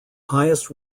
highest